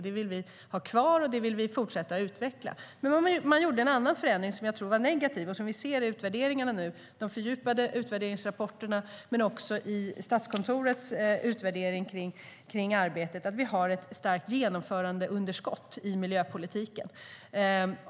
Vi vill ha kvar det, och vi vill fortsätta utveckla det. Man gjorde dock även en förändring jag tror var negativ, vilket vi nu ser inte bara i de fördjupade utvärderingsrapporterna utan också i Statskontorets utvärdering av arbetet. Vi har ett starkt genomförandeunderskott i miljöpolitiken.